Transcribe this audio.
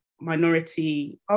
minority